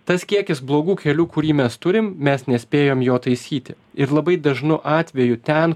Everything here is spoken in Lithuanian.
tas kiekis blogų kelių kurį mes turim mes nespėjam jo taisyti ir labai dažnu atveju ten